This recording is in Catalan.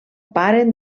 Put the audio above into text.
paren